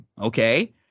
Okay